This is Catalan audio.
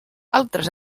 altres